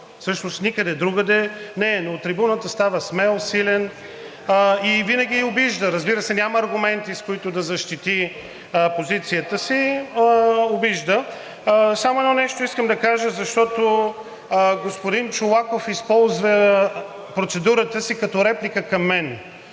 Всъщност никъде другаде не е, но на трибуната става смел, силен и винаги обижда. Разбира се, няма аргументи, с които да защити позицията си, а обижда. Само едно нещо искам да кажа, защото господин Чолаков използва процедурата си като реплика към мен.